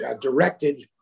directed